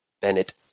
Bennett